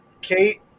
Kate